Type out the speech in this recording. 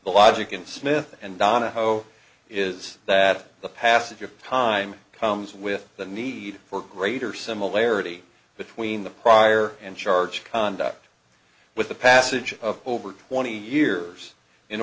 logic in smith and donahoe is that the passage of time comes with the need for greater similarity between the prior and charged conduct with the passage of over twenty years in